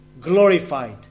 glorified